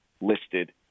listed